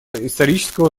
исторического